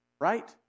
Right